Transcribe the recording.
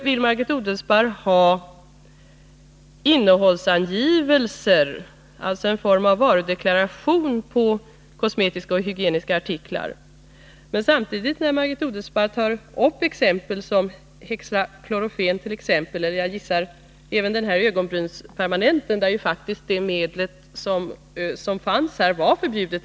Motionskraven omfattar innehållsangivelser, alltså en form av varudeklaration, på kosmetiska och hygieniska artiklar. Margit Odelsparr nämnde som exempel hexaklorofen och en ögonbrynspermanent, i vilken ju ett av de ingående ämnena faktiskt redan var förbjudet.